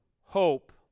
hope